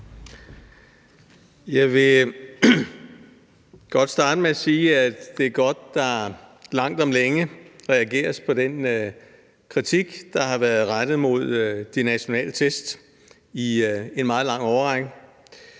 Jeg vil godt starte med at sige, at det er godt, at der langt om længe reageres på den kritik, der har været rettet mod de nationale test i en meget lang årrække.